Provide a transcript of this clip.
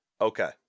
okay